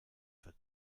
für